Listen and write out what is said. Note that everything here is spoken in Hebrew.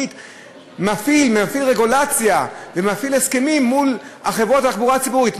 נפעיל רגולציה ונפעיל הסכמים מול החברות של התחבורה הציבורית?